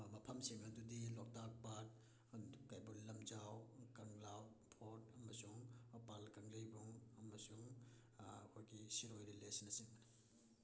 ꯑ ꯃꯐꯝꯁꯤꯡ ꯑꯗꯨꯗꯤ ꯂꯣꯛꯇꯥꯛ ꯄꯥꯠ ꯑꯗꯨ ꯀꯩꯕꯨꯜ ꯂꯝꯖꯥꯎ ꯀꯪꯂꯥ ꯐꯣꯔꯠ ꯑꯃꯁꯨꯡ ꯃꯄꯥꯜ ꯀꯥꯡꯖꯩꯕꯨꯡ ꯑꯃꯁꯨꯡ ꯑꯩꯈꯣꯏꯒꯤ ꯁꯤꯔꯣꯏ ꯂꯤꯂꯤꯁꯅꯆꯤꯡꯕꯅꯤ